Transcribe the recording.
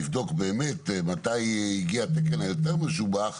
לבדוק באמת מתי הגיע התקן היותר משובח,